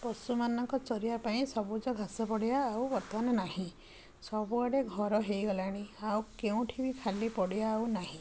ପଶୁମାନଙ୍କ ଚରିବା ପାଇଁ ସବୁଜ ଘାସ ପଡ଼ିଆ ଆଉ ବର୍ତ୍ତମାନ ନାହିଁ ସବୁଆଡ଼େ ଘର ହେଇଗଲାଣି ଆଉ କେଉଁଠି ବି ଖାଲି ପଡ଼ିଆ ଆଉ ନାହିଁ